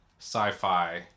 sci-fi